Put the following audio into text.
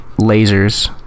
lasers